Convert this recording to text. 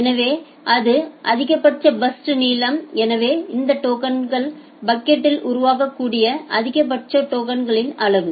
எனவே இது அதிகபட்ச பர்ஸ்ட் நீளம் எனவே அந்த டோக்கன் பக்கெட்யில் உருவாக்கக்கூடிய அதிகபட்ச டோக்கன்களின் அளவு